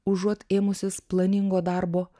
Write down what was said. užuot ėmusis planingo darbo